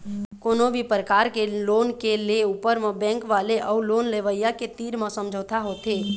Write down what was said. कोनो भी परकार के लोन के ले ऊपर म बेंक वाले अउ लोन लेवइया के तीर म समझौता होथे